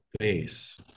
face